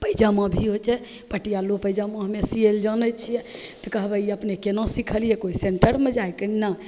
पैजामा भी होइ छै पटियालो पैजामा हमे सिएले जानै छिए तऽ कहबै ई अपने कोना सिखलिए कोइ सेन्टरमे जाके नहि